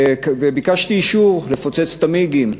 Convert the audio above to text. וביקשתי אישור לפוצץ את ה"מיגים".